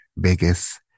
biggest